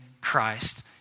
Christ